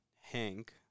Hank